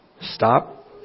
stop